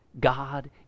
God